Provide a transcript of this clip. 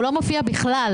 הוא לא מופיע בכלל,